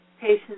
patients